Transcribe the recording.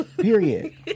Period